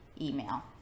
email